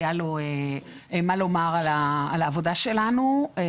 היה לו מה לומר על העבודה של האגף,